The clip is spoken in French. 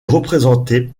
représentée